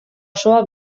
osoa